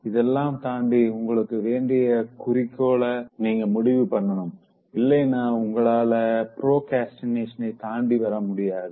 இதெல்லாம் தாண்டி உங்களுக்கு வேண்டிய குறிக்கோள நீங்க முடிவு பண்ணனும் இல்லைன்னா உங்களால ப்ரோக்ரஸ்டினேஷன தாண்டி வர முடியாது